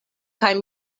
kaj